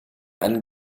einen